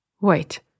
Wait